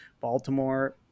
Baltimore